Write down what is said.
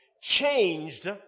changed